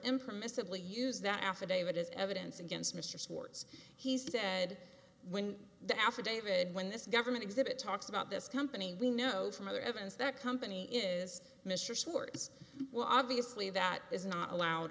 impermissibly use that affidavit as evidence against mr swartz he said when the affidavit when this government exhibit talks about this company we know from other evidence that company is mr stewart as well obviously that is not allowed